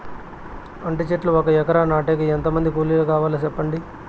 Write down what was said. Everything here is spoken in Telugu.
అంటి చెట్లు ఒక ఎకరా నాటేకి ఎంత మంది కూలీలు కావాలి? సెప్పండి?